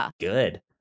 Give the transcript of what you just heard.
good